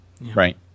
right